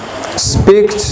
Speak